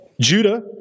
Judah